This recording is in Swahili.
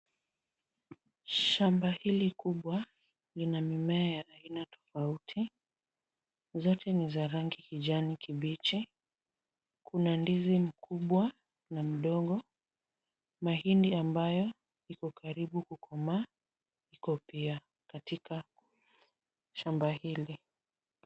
Shamba hili kubwa lina mimea aina tofauti zote ni za rangi ya kijani kibichi. kuna ndizi mkubwa na mdogo ,mahindi ambayo ikokaribu kukomaa iko pia katika shamba hili.